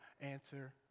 answer